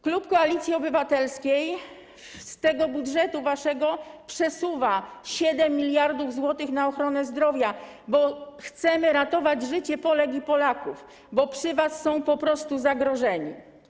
Klub Koalicji Obywatelskiej z tego waszego budżetu przesuwa 7 mld zł na ochronę zdrowia, bo chcemy ratować życie Polek i Polaków, bo przy was są po prostu zagrożeni.